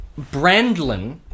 Brandlin